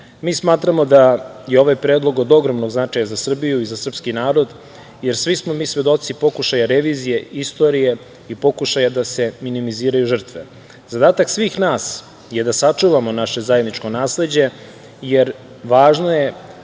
smatramo da je ovaj predlog od ogromnog značaja za Srbiju i za srpski narod, jer svi smo mi svedoci pokušaja revizije istorije i pokušaja da se minimiziraju žrtve. Zadatak svih nas je da sačuvamo naše zajedničko nasleđe, jer važno je